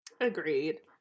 Agreed